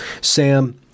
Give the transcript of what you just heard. Sam